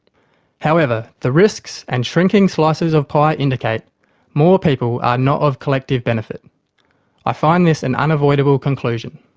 however, the risks and shrinking slices of pie indicate more people are not of collective benefit i find this an unavoidable conclusion.